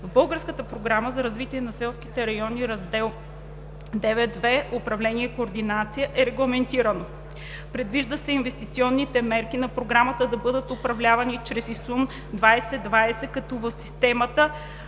В българската Програма за развитие на селските райони, раздел 9.2 „Управление и координация“ е регламентирано, че „Предвижда се инвестиционните мерки на програмата да бъдат управлявани чрез ИСУН 2020, като в системата